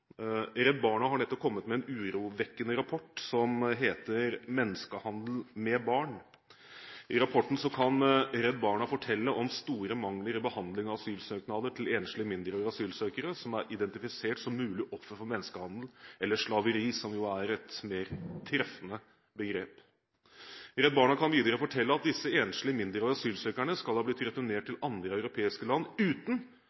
Redd Barna har nettopp kommet med en urovekkende rapport som heter Menneskehandel med barn. I rapporten kan Redd Barna fortelle om store mangler i behandlingen av asylsøknader til enslige mindreårige asylsøkere som er identifisert som mulige ofre for menneskehandel eller slaveri, som jo er et mer treffende begrep. Redd Barna kan videre fortelle at disse enslige mindreårige asylsøkerne skal ha blitt returnert